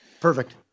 Perfect